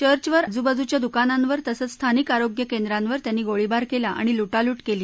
चर्चवर आज आजुबाजूच्या दुकानांवर तसंच स्थानिक आरोग्य केंद्रांवर त्यांनी गोळीबार आणि लुटालुट केली